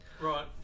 Right